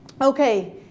okay